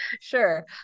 Sure